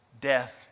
death